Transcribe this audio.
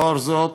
לאור זאת